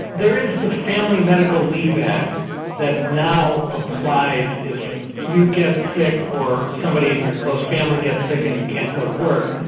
there is the family medical leave act that now applies if you get sick or somebody in your close family gets sick and you can't go to work,